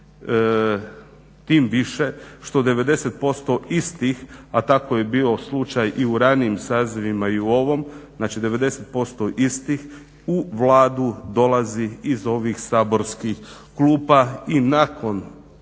tim više što 90% istih a tako je bio slučaj i u ranijim sazivima i u ovom, znači 90% istih u Vladu dolazi iz ovih saborskih klupa i nakon